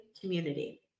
community